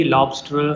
Lobster